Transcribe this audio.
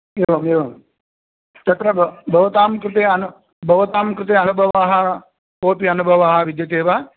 एवम् एवम् तत्र भव भवतां कृते अनु भवतां कृते अनुभवः कोपि अनुभवः विद्यते वा